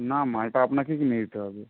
না মালটা আপনাকে কিনে দিতে হবে